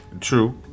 true